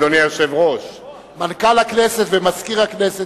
אדוני היושב-ראש מנכ"ל הכנסת ומזכיר הכנסת